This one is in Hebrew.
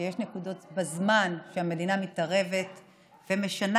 שיש נקודות בזמן שהמדינה מתערבת ומשנה